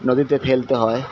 নদীতে ফেলতে হয়